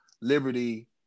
liberty